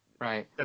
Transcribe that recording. Right